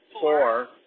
Four